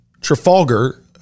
Trafalgar